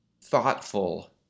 thoughtful